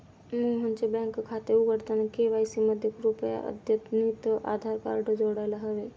मोहनचे बँक खाते उघडताना के.वाय.सी मध्ये कृपया अद्यतनितआधार कार्ड जोडायला हवे